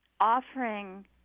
offering